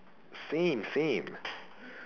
same same